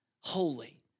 holy